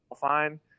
fine